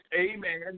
amen